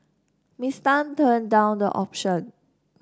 Miss Tan turned down the option